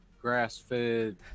Grass-fed